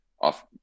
off